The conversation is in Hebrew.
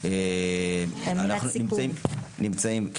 כן.